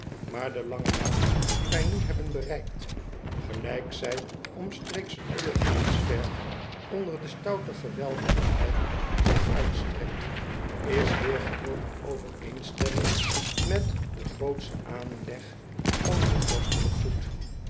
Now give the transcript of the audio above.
aar de lange laan die wij nu hebben bereikt gelijk zij omstreeks een uur gaans ver onder de stoute gewelven der eiken zich uitstrekt is weêr geheel in overeenstemming met den grootschen aanleg van dit vorstelijk goed